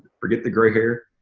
forget the gray hair,